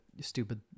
stupid